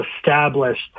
established